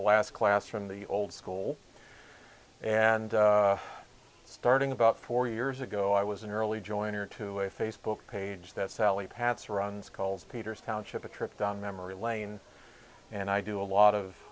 last class from the old school and starting about four years ago i was an early joiner to a facebook page that sally patz runs calls peter's township a trip down memory lane and i do a lot of